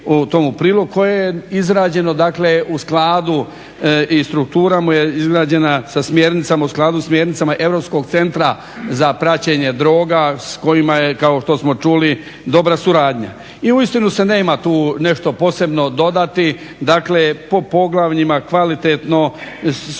o tomu u prilog, koje je izrađeno dakle u skladu i struktura mu je izgrađena sa smjernicama, u skladu smjernica Europskog centra za praćenje droga s kojima smo, kao što smo čuli dobra suradnja. I uistinu se nema tu nešto posebno dodati, dakle po poglavljima kvalitetno, uz